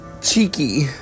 Cheeky